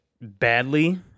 badly